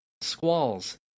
Squall's